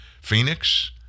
Phoenix